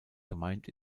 gemeint